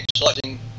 exciting